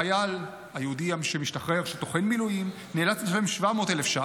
החייל היהודי שמשתחרר וטוחן מילואים נאלץ לשלם 700,000 שקלים.